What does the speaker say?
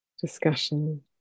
discussion